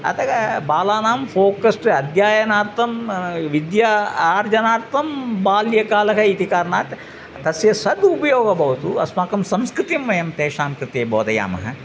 अतः बालानां फ़ोकस्ड् अध्ययनार्थं विद्यार्जनार्थं बाल्यकालः इति कारणात् तस्य सद् उपयोगः भवतु अस्माकं संस्कृतिं वयं तेषां कृते बोधयामः